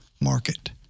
market